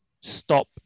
stop